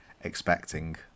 expecting